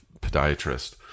podiatrist